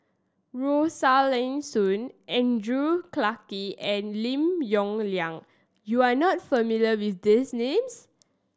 Rosaline Soon Andrew Clarke and Lim Yong Liang you are not familiar with these names